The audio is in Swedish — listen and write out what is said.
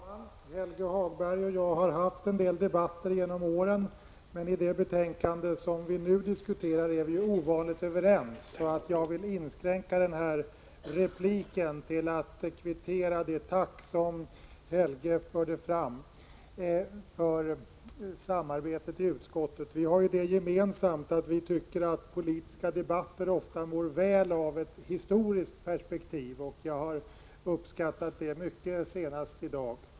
Herr talman! Helge Hagberg och jag har fört en del debatter genom åren. Men i det betänkande som vi nu diskuterar är vi ovanligt överens. Jag vill därför inskränka den här repliken till att kvittera det tack som Helge förde fram för samarbetet i utskottet. Vi har ju det gemensamt att vi tycker att politiska debatter ofta mår väl av ett historiskt perspektiv. Jag har uppskattat det mycket, senast i dag.